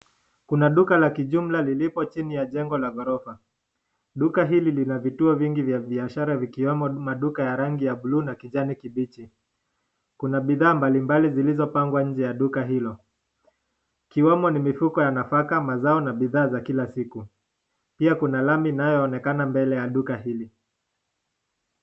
Kuna duka la kijumla lililo chini ya jengo la ghorofa. Duka hili lina vituo vingi vya biashara vikiwemo majengo ya rangi ya bluu na kijani kibichi. Kuna bidhaa mbali mbali zilizopangwa nje ya duka hilo. Ikiwemo ni mifuko ya nafaka, mazao na bidhaa za kila siku. Pia kuna lami inayoonekana mvele ya duka hili.